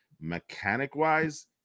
Mechanic-wise